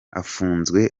afunzwe